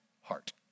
heart